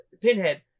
Pinhead